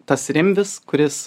tas rimvis kuris